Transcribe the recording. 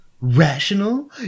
Rational